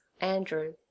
Andrew